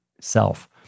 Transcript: self